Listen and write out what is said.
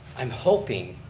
i'm hoping